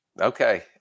Okay